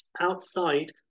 Outside